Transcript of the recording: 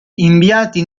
inviati